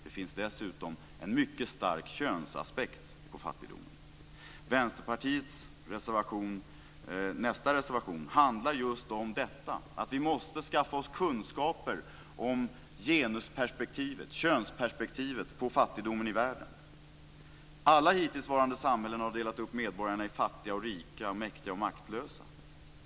Det finns dessutom en mycket stark könsaspekt på fattigdomen. Vänsterpartiets nästa reservation handlar just om detta, att vi måste skaffa oss kunskaper om genusperspektivet, könsperspektivet, på fattigdomen i världen. Alla hittillsvarande samhällen har delat upp medborgarna i fattiga och rika, mäktiga och maktlösa.